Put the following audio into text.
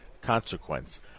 consequence